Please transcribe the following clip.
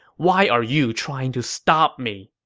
why are you trying to stop me?